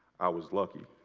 i was lucky.